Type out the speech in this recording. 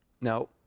No